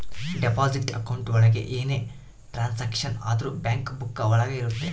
deposit account ಒಳಗ ಏನೇ transaction ಆದ್ರೂ ಬ್ಯಾಂಕ್ ಬುಕ್ಕ ಒಳಗ ಇರುತ್ತೆ